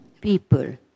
people